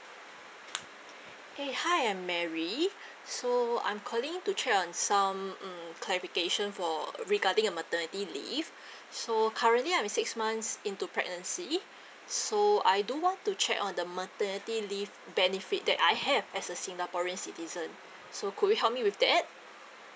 eh hi I'm mary so I'm calling to check on some mm clarification for regarding uh maternity leave so currently I'm six months into pregnancy so I do want to check on the maternity leave benefit that I have as a singaporean citizen so could you help me with that